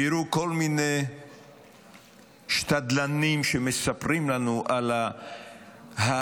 ויראו כל מיני שתדלנים שמספרים לנו על הפוש